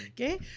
Okay